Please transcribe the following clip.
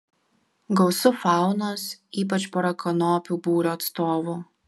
gausu faunos ypač porakanopių būrio atstovų